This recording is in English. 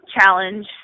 challenge